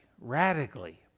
Radically